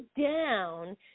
down